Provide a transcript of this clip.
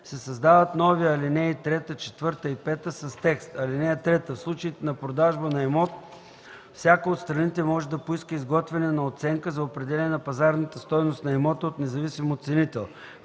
се създават нови ал. 3, 4 и 5 с текст: „(3) В случаите на продажба на имот всяка от страните може да поиска изготвяне на оценка за определяне на пазарната стойност на имота от независим оценител.